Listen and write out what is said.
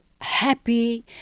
happy